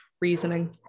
reasoning